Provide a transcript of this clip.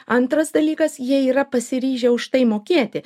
antras dalykas jie yra pasiryžę už tai mokėti